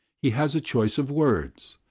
he has a choice of words,